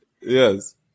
yes